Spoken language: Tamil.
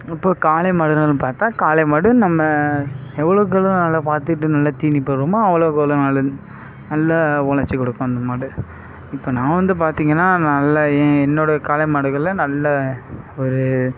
இப்போது காளை மாடுகள்னு பார்த்தா காளை மாடு நம்ம எவளோக்கெவ்ளோ நல்லா பார்த்துட்டு நல்லா தீனி போடுறோமோ அவளக்கவ்ளோ நல்லது நல்ல ஒழைச்சி கொடுக்கும் அந்த மாடு இப்போ நான் வந்து பார்த்திங்கனா நல்லா என்னுடைய காளை மாடுகளை நல்லா ஒரு